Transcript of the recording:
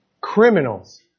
criminals